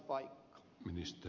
arvoisa puhemies